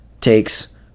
takes